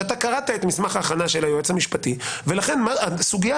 שאתה קראת את מסמך ההכנה של היועץ המשפטי ולכן הסוגייה